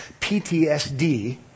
PTSD